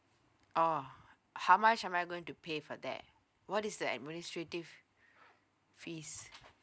oh how much am I going to pay for that what is the administrative fees